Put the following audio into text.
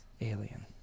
Alien